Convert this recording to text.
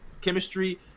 chemistry